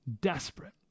desperate